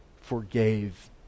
forgave